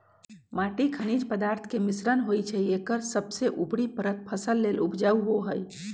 माटी खनिज पदार्थ के मिश्रण होइ छइ एकर सबसे उपरी परत फसल लेल उपजाऊ होहइ